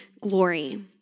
glory